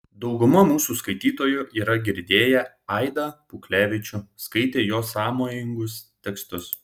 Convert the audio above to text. dauguma mūsų skaitytojų yra girdėję aidą puklevičių skaitę jo sąmojingus tekstus